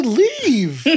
leave